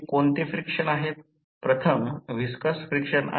तर सर्व दुरुस्त्या केल्या आहेत तर 6